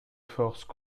forces